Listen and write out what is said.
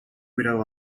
without